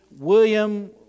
William